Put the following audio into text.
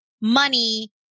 money